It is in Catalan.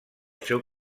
seu